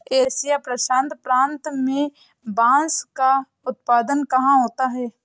Asia प्रशांत प्रांत में बांस का उत्पादन कहाँ होता है?